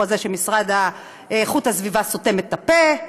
הזה שמשרד איכות הסביבה סותם את הפה,